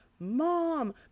mom